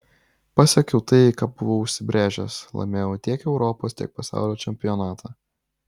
pasiekiau tai ką buvau užsibrėžęs laimėjau tiek europos tiek pasaulio čempionatą